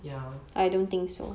ya